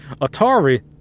Atari